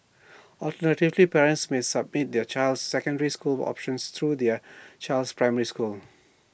alternatively parents may submit their child's secondary school options through their child's primary school